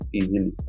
easily